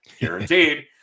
guaranteed